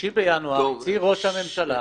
ב-3 בינואר הצהיר ראש הממשלה